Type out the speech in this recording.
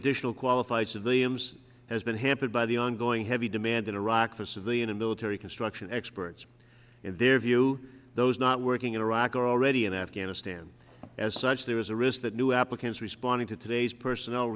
additional qualified civilians has been hampered by the ongoing heavy demand in iraq for civilian in those reconstruction experts in their view those not working in iraq are already in afghanistan as such there is a risk that new applicants responding to today's personnel